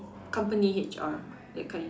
company H_R that kind